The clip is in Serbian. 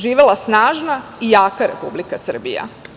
Živela snažna i jaka Republika Srbija.